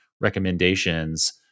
recommendations